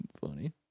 funny